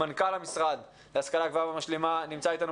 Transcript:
מנכ"ל המשרד להשכלה גבוהה ומשלימה נמצא אתנו